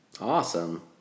Awesome